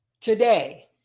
Today